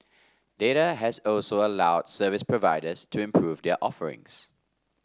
data has also allowed service providers to improve their offerings